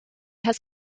has